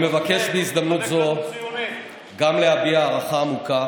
אני מבקש בהזדמנות זו גם להביע הערכה עמוקה